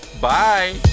bye